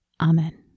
Amen